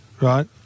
Right